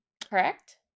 correct